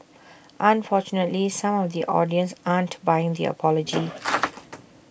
unfortunately some of the audience aren't buying the apology